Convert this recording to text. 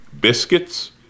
biscuits